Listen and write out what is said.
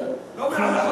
לא מעל החוק.